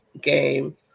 game